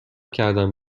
کردم